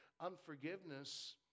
Unforgiveness